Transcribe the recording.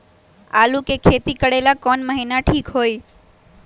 आलू के खेती करेला कौन महीना ठीक होई?